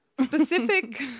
specific